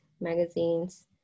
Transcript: magazines